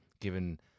given